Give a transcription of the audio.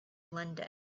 london